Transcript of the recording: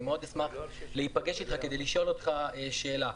אשמח להיפגש כדי לשאול אותך שאלה.